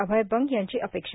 अभय बंग यांची अपेक्षा